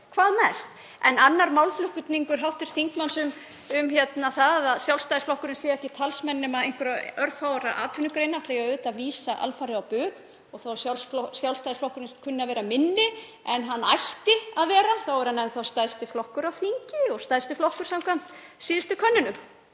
En öðrum málflutningi hv. þingmanns um að Sjálfstæðisflokkurinn sé ekki talsmaður nema einhverra örfárra atvinnugreina ætla ég auðvitað að vísa alfarið á bug. Þó að Sjálfstæðisflokkurinn kunni að vera minni en hann ætti að vera er hann enn þá stærsti flokkurinn á þingi og stærsti flokkurinn samkvæmt síðustu könnunum.